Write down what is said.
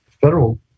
federal